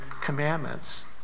commandments